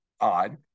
odd